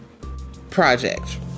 project